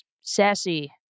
sassy